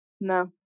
No